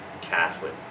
catholic